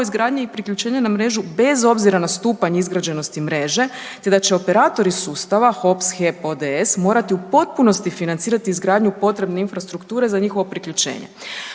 izgradnje i priključenja na mrežu bez obzira na stupanj izgrađenosti mreže, te da će operatori sustava, HOPS, HEP ODS, morati u potpunosti financirati izgradnju potrebne infrastrukture za njihovo priključenje.